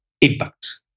impact